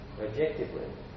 objectively